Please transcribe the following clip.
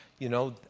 you know,